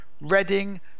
Reading